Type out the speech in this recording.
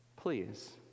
Please